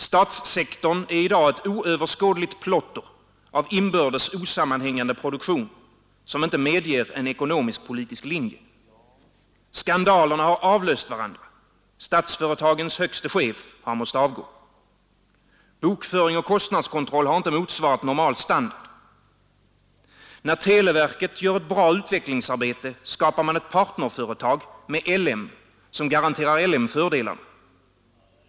Statssektorn är i dag ett oöverskådligt plotter av inbördes osammanhängande produktion, som inte medger en ekonomisk-politisk linje. Skandalerna har avlöst varandra, statsföretagens högste chef har måst avgå. Bokföring och kostnadskontroll har inte motsvarat normal standard. När televerket gör ett bra utvecklingsarbete, skapar man ett partnerföretag med LM, som garanterar LM fördelarna.